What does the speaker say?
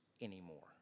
anymore